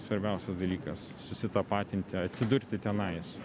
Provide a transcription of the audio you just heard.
svarbiausias dalykas susitapatinti atsidurti tenais